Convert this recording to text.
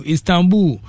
Istanbul